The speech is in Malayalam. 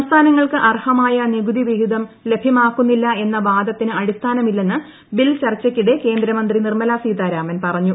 സംസ്ഥാനങ്ങൾക്ക് അർഹമായ നികുതി വിഹിതം പ്ലഭ്യമാക്കുന്നില്ല എന്ന വാദത്തിന് അടിസ്ഥാനമില്ലെന്ന് ബിൽ ശ്രചർച്ചയ്ക്കിടെ കേന്ദ്രമന്ത്രി നിർമല സീതാരാമൻ പറഞ്ഞു